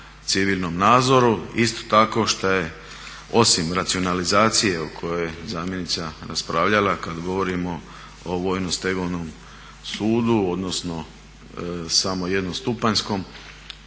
civilnom nadzoru. Isto tako što je osim racionalizacije o kojoj je zamjenica raspravljala, kad govorimo o vojnom stegovnom sudu odnosno samo jednostupanjskom